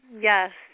Yes